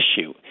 issue